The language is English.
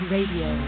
Radio